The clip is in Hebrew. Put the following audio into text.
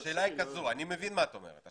אני מבין מה שאת אומרת,